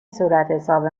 صورتحساب